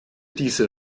diese